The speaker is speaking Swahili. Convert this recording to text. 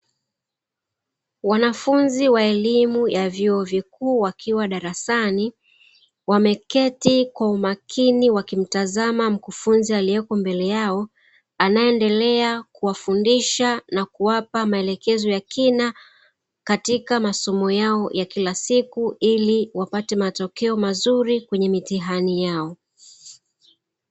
Wanafunzi wa elimu ya vyuo vikuu wakiwa darasani, wameketi kwa umakini wakimtazama mkufunzi aliyeko mbele yao, anayeendelea kuwafundisha na kuwapa maelekezo ya kina katika masomo yao ya kila siku ili wapate matokeo mazuri kwenye mitihani yao.